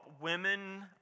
women